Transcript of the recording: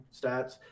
stats